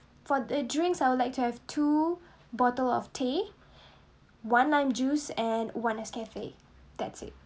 for the drinks I would like to have two bottle of teh one lime juice and one nescafe that's it